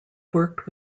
worked